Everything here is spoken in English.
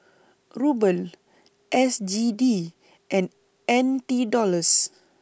Ruble S G D and N T Dollars